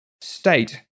state